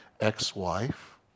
ex-wife